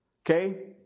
Okay